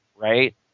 right